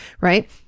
right